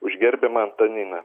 už gerbiamą antaniną